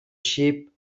sheep